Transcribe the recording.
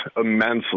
immensely